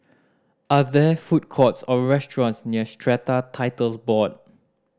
are there food courts or restaurants near Strata Titles Board